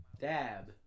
dab